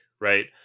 right